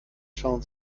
schauen